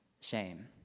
shame